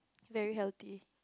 very healthy